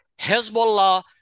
Hezbollah